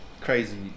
crazy